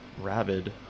rabid